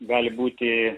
gali būti